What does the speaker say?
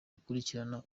gukurikirana